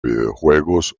videojuegos